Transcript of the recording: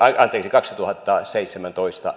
kaksituhattaseitsemäntoista